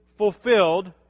fulfilled